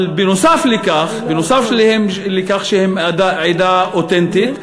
אבל נוסף לכך שהם עדה אותנטית,